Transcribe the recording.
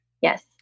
yes